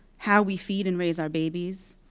how we feed and raise our babies.